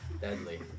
Deadly